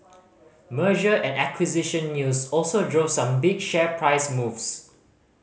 merger and acquisition news also drove some big share price moves